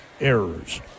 errors